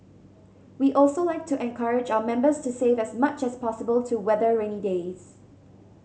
we also like to encourage our members to save as much as possible to weather rainy days